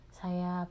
saya